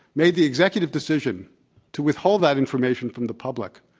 made the executive decision to withhold that information from the public.